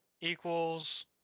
equals